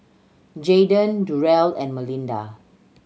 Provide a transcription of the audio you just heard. Jaydan Durrell and Melinda